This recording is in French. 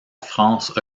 france